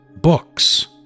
Books